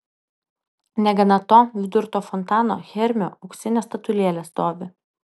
negana to vidur to fontano hermio auksinė statulėlė stovi